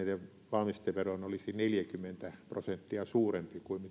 valmisteveroon olisi neljäkymmentä prosenttia suurempi kuin